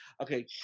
okay